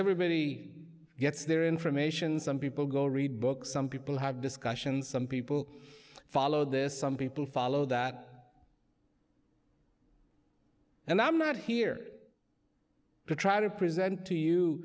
everybody gets their information some people go read books some people have discussions some people follow this some people follow that and i'm not here to try to present to you